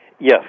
Yes